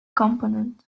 component